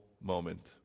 moment